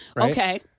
Okay